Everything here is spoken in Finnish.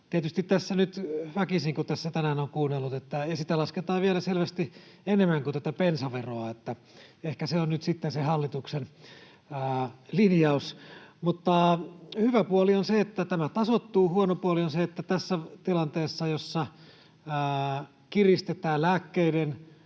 Tietysti tässä nyt väkisin ajattelee, kun tässä tänään on kuunnellut, että sitä lasketaan vielä selvästi enemmän kuin tätä bensaveroa, että ehkä se on nyt sitten se hallituksen linjaus. Mutta hyvä puoli on se, että tämä tasoittuu. Huono puoli on se, että tässä tilanteessa, jossa kiristetään lääkkeiden